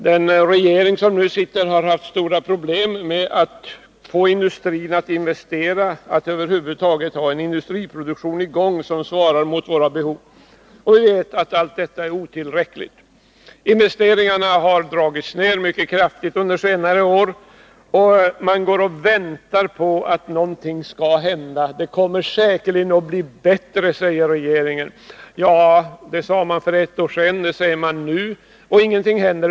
Den regering som nu sitter har haft stora problem med att få industrin att investera, att över huvud taget ha i gäng en industriproduktion som svarar mot våra behov. Vi vet att allt detta är otillräckligt. Investeringarna har dragits ner mycket kraftigt under senare år, och man går och väntar på att någonting skall hända. Det kommer säkerligen att bli bättre, säger regeringen. Ja, det sade man för ett år sedan. Det säger man nu, och ingenting händer.